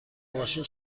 ماشین